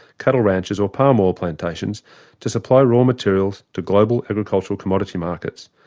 cattle ranches or palm oil plantations to supply raw materials to global agricultural commodity markets.